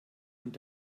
und